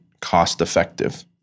cost-effective